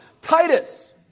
Titus